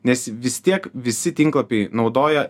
nes vis tiek visi tinklapiai naudoja